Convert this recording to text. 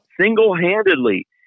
Single-handedly